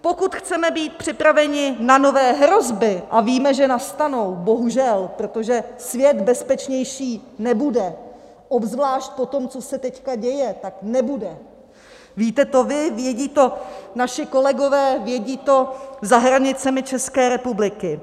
Pokud chceme být připraveni na nové hrozby a víme, že nastanou, bohužel, protože svět bezpečnější nebude, obzvlášť po tom, co se teď děje, tak nebude, víte to vy, vědí to naši kolegové, vědí to za hranicemi České republiky.